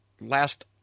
last –